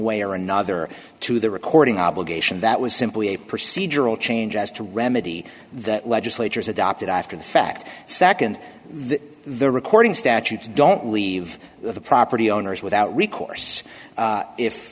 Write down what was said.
way or another to the recording obligation that was simply a procedural changes to remedy that legislatures adopted after the fact second the recording statutes don't leave the property owners without recourse